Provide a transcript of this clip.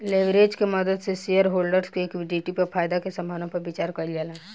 leverage के मदद से शेयरहोल्डर्स के इक्विटी पर फायदा के संभावना पर विचार कइल जाला